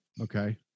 Okay